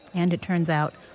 and, it turns out,